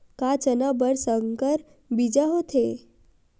का चना बर संकर बीज होथे?